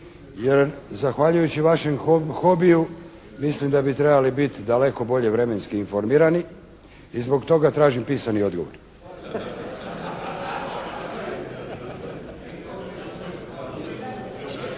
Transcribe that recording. jer zahvaljujući vašem hobiju mislim da bi trebali bit daleko bolje vremenski informirani i zbog toga tražim pisani odgovor.